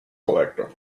collector